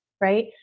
right